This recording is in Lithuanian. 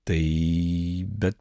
tai bet